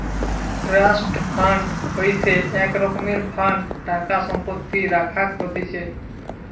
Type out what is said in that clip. trust fund হইসে এক রকমের ফান্ড টাকা সম্পত্তি রাখাক হতিছে